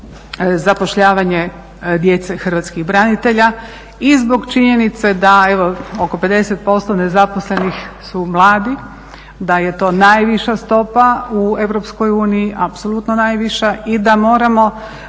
zapošljavanje djece hrvatskih branitelja i zbog činjenice da oko 50% nezaposlenih su mladi, da je to najviša stopa u Europskoj uniji, apsolutno najviša i da moramo